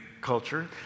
culture